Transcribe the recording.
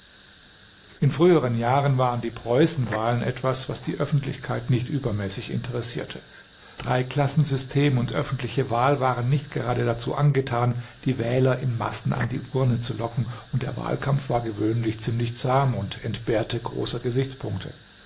in früheren jahren waren die preußenwahlen etwas was die öffentlichkeit nicht übermäßig interessierte dreiklassensystem und öffentliche wahl waren nicht gerade dazu angetan die wähler in massen an die urne zu locken und der wahlkampf war gewöhnlich ziemlich zahm und entbehrte großer gesichtspunkte